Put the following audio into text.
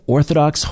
Orthodox